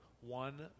one